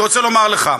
אני רוצה לומר לך,